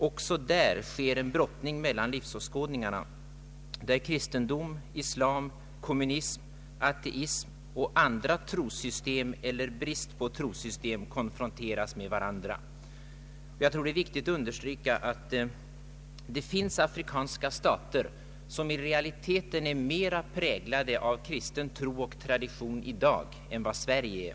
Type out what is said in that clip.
Också där sker en brottning mellan livsåskådningarna, där kristendom, islam, kommunism, ateism, andra trossystem eller brist på trossystem konfronteras med varandra.” Jag tror att det är viktigt att understryka att det finns afrikanska stater som i realiteten i dag är mer präglade av kristen tro och tradition än vad Sverige är.